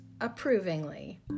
approvingly